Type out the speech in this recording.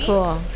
Cool